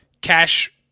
Cash